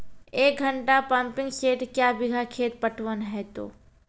एक घंटा pumping set क्या बीघा खेत पटवन है तो?